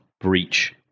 breach